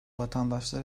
vatandaşlar